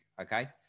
okay